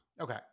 Okay